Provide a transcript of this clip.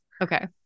Okay